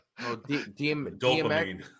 dopamine